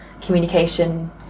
communication